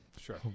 Sure